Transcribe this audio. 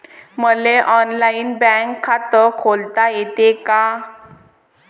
मले online bank खात खोलता येते का?